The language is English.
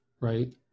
Right